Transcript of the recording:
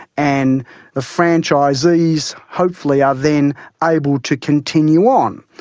and the franchisees hopefully are then able to continue on.